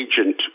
agent